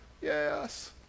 Yes